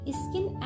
skin